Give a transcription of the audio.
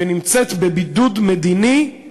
ונמצאת בבידוד מדיני, הם